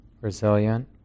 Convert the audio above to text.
resilient